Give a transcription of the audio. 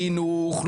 חינוך,